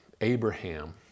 Abraham